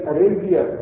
Arabia